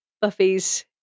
Buffy's